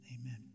amen